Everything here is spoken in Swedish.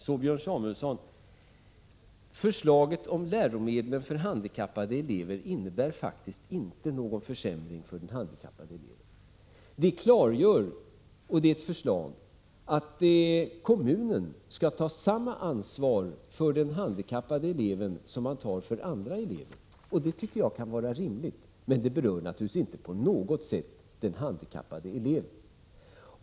Till Björn Samuelson vill jag säga följande. Förslaget om läromedlen för handikappade elever innebär faktiskt inte någon försämring för den handikappade eleven. Vi klargör i förslaget att kommunen skall ta samma ansvar för den handikappade eleven som den tar för andra elever. Det tycker jag kan vara rimligt, men det berör naturligtvis inte på något sätt den handikappade eleven.